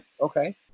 okay